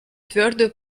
твердую